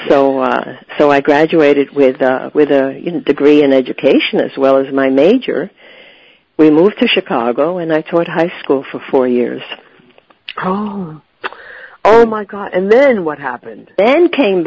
so so i graduated with with a degree in education as well as my major we moved to chicago and i taught high school for four years oh my god and then what happened then came